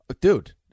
Dude